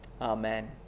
Amen